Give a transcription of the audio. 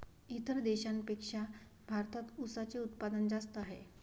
इतर देशांपेक्षा भारतात उसाचे उत्पादन जास्त आहे